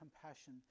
compassion